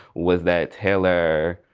was that taylor.